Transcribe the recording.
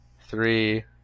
three